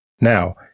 Now